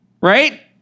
right